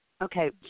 okay